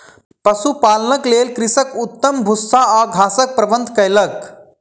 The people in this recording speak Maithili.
पशुपालनक लेल कृषक उत्तम भूस्सा आ घासक प्रबंध कयलक